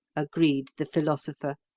agreed the philosopher.